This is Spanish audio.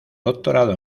doctorado